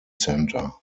center